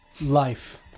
Life